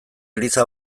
eliza